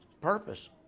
purpose